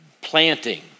planting